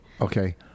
Okay